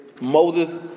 Moses